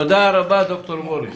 תודה רבה ד"ר בוריס.